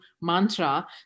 mantra